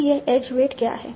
तो यह age weight क्या है